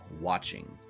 watching